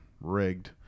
rigged